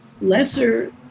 lesser